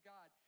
God